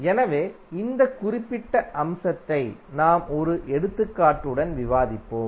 எனவே இந்த குறிப்பிட்ட அம்சத்தை நாம் ஒரு எடுத்துக்காட்டுடன் விவாதிப்போம்